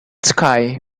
sky